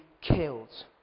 killed